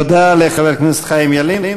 תודה לחבר הכנסת חיים ילין.